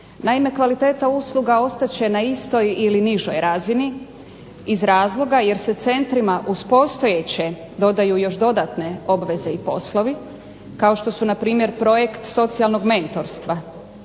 Naime, kvaliteta usluga ostat će na istoj ili nižoj razini iz razloga jer se centrima uz postojeće dodaju još dodatne poslove i obveze kao što su npr. projekt socijalnog mentorstva,